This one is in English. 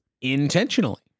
Intentionally